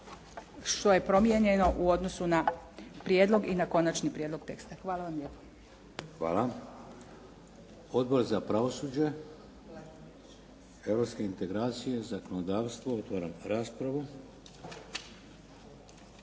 što je promijenjeno u odnosu na prijedlog i na konačni prijedlog teksta. Hvala vam lijepa. **Šeks, Vladimir (HDZ)** Hvala. Odbor za pravosuđe, europske integracije, zakonodavstvo. Otvaram raspravu.